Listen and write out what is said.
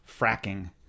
fracking